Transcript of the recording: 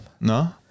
No